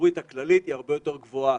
הציבורית הכללית היא הרבה יותר גבוהה.